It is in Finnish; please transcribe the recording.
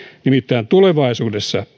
nimittäin tulevaisuudessa